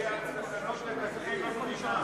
מצביע על סכנות לתקציב המדינה.